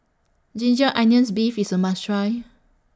Ginger Onions Beef IS A must Try